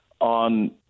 on